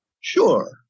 Sure